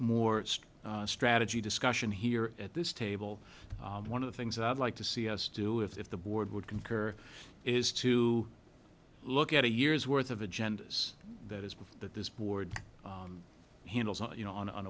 more strategy discussion here at this table one of the things i'd like to see us do if the board would concur is to look at a year's worth of agendas that is that this board handles you know on on